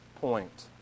point